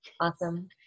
Awesome